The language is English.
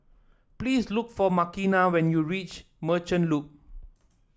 please look for Makena when you reach Merchant Loop